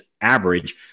average